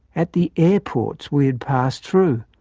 at the airports we had passed through.